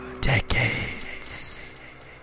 decades